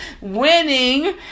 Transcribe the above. winning